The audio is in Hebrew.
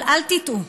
אבל אל תטעו,